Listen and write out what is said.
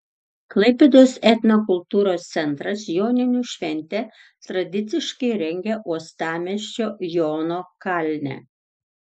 klaipėdos etnokultūros centras joninių šventę tradiciškai rengia uostamiesčio jono kalne